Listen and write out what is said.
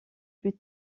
plus